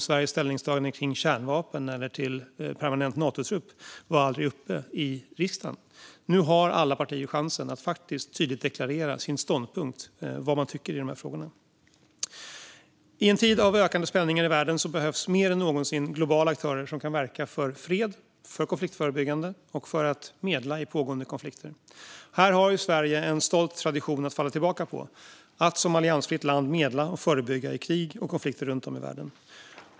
Sveriges ställningstagande till kärnvapen eller till permanent Natotrupp var aldrig uppe till diskussion i riksdagen. Nu har alla partier chansen att faktiskt tydligt deklarera sin ståndpunkt i de här frågorna. I en tid av ökande spänningar i världen behövs mer än någonsin globala aktörer som kan verka för fred, för konfliktförebyggande och för att medla i pågående konflikter. Här har Sverige en stolt tradition att falla tillbaka på, att som alliansfritt land medla och förebygga i krig och konflikter runt om i världen.